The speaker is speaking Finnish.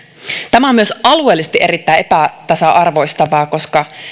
tämä on myös alueellisesti erittäin epätasa arvoistavaa koska